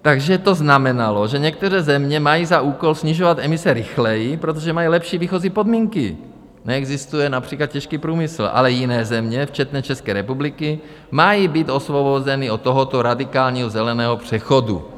Takže to znamenalo, že některé země mají za úkol snižovat emise rychleji, protože mají lepší výchozí podmínky, neexistuje například těžký průmysl, ale jiné země včetně České republiky mají být osvobozeny od tohoto radikálního zeleného přechodu.